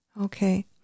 Okay